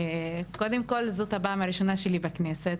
קודם כל זאת הפעם הראשונה שלי בכנסת.